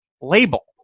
label